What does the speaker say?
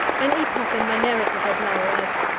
an epoch in my narrative has now arrived.